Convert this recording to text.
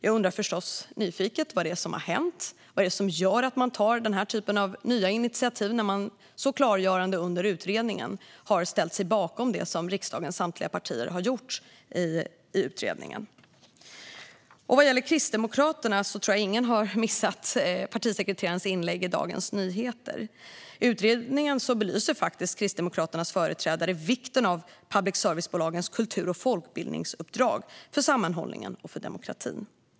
Jag undrar förstås nyfiket vad det är som har hänt och vad det är som gör att man tar den här typen av nya initiativ när man så klargörande under utredningen har ställt sig bakom det som riksdagens samtliga partier har gjort i utredningen. Vad gäller Kristdemokraterna tror jag att ingen har missat partisekreterarens inlägg i Dagens Nyheter. I utredningen belyser Kristdemokraternas företrädare vikten av public service-bolagens kultur och folkbildningsuppdrag för sammanhållningen och demokratin.